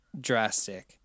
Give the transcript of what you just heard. drastic